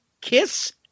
kiss